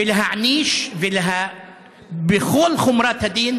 ולהעניש בכל חומרת הדין